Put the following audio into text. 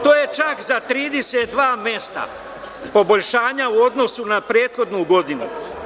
To je čak za 32 mesta poboljšanja u odnosu na prethodnu godinu.